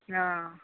অ